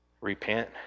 repent